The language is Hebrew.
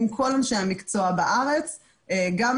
עם כל